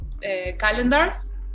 calendars